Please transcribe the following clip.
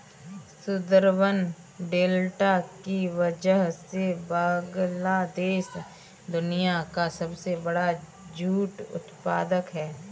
Sundarban delta की वजह से बांग्लादेश दुनिया का सबसे बड़ा जूट उत्पादक है